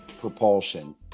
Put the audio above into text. propulsion